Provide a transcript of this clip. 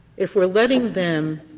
if we're letting them